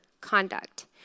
conduct